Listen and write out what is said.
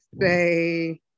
say